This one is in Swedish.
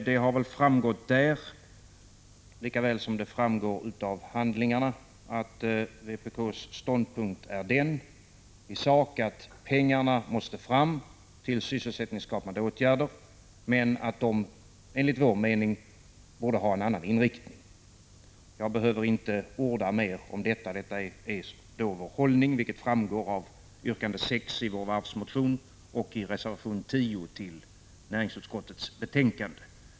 Det har väl framgått där, likaväl som det framgår av handlingarna, att vpk:s ståndpunkt i sak är den, att pengarna till sysselsättningsskapande åtgärder måste fram men att de enligt vår mening borde ha en annan inriktning. Jag behöver inte orda mer om detta. Det är vår hållning vilket framgår av yrkande 6 i vår varvsmotion och i reservation 10 till näringsutskottets betänkande.